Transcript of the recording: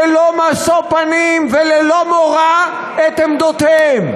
ללא משוא פנים וללא מורא, את עמדותיהם.